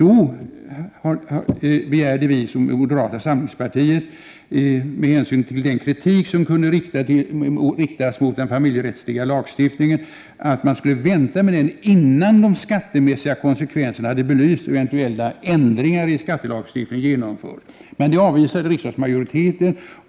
Då begärde vi i moderata samlingspartiet, med hänsyn till den kritik som kunde riktas mot den familjerättsliga lagstiftningen, att man skulle vänta med den tills de skattemässiga konsekvenserna hade belysts och ändringar i 3 skattelagstiftningen genomförts. Men det avvisade riksdagsmajoriteten.